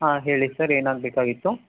ಹಾಂ ಹೇಳಿ ಸರ್ ಏನಾಗಬೇಕಾಗಿತ್ತು